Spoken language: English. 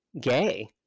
gay